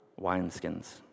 wineskins